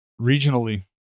regionally